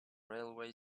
railway